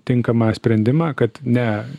tinkamą sprendimą kad ne